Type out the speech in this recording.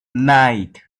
night